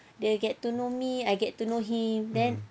dia get to know me I get to know him then